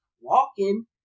walking